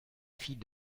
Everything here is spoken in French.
fille